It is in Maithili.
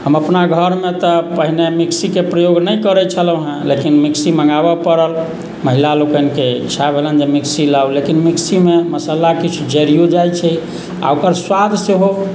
हम अपना घरमे तऽ पहिने मिक्सीके प्रयोग नहि करैत छलहुँ हँ लेकिन मिक्सी मँगाबऽ पड़ल महिला लोकनिके इच्छा भेलनि जेकि मिक्सी लाउ लेकिन मिक्सीमे मसाला किछु जरियो जाइत छै आ ओकर सुआद सेहो